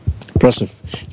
Impressive